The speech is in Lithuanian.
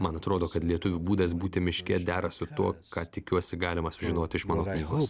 man atrodo kad lietuvių būdas būti miške dera su tuo ką tikiuosi galima sužinoti iš mano knygos